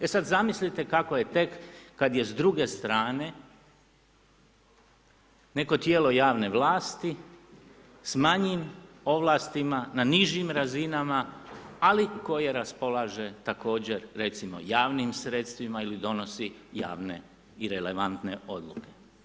E sad zamislite kako je tek kada je s druge strane neko tijelo javne vlasti s manjim ovlastima na nižim razinama ali koje raspolaže također recimo javnim sredstvima ili donosi javne i relevantne odluke.